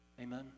Amen